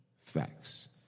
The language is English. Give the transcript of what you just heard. Facts